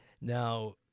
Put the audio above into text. Now